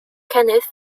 kenneth